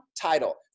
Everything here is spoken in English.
title